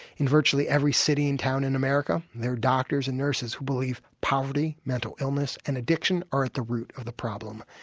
in virtually every city and town in america there are doctors and nurses who believe poverty, mental illness and addiction are at the root of the problem.